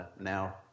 now